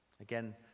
Again